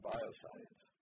Bioscience